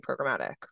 programmatic